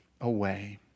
away